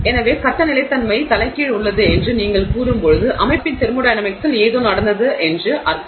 எனவே கட்ட நிலைத்தன்மை தலைகீழ் உள்ளது என்று நீங்கள் கூறும்போது அமைப்பின் தெர்மோடையனமிக்ஸில் ஏதோ நடந்தது என்று அர்த்தம்